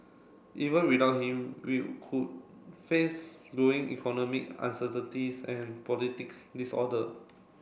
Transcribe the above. even without him we could face growing economic uncertainties and politics disorder